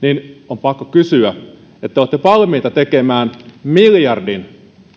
niin on pakko kysyä kun te olette valmiita tekemään miljardin